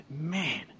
man